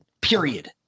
period